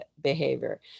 behavior